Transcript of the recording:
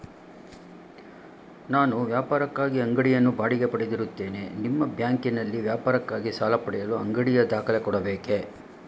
ನಾನು ವ್ಯಾಪಾರಕ್ಕಾಗಿ ಅಂಗಡಿಯನ್ನು ಬಾಡಿಗೆ ಪಡೆದಿರುತ್ತೇನೆ ನಿಮ್ಮ ಬ್ಯಾಂಕಿನಲ್ಲಿ ವ್ಯಾಪಾರಕ್ಕಾಗಿ ಸಾಲ ಪಡೆಯಲು ಅಂಗಡಿಯ ದಾಖಲೆ ಕೊಡಬೇಕೇ?